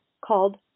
called